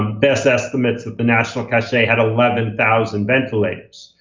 best estimates that the national cache had eleven thousand ventilators.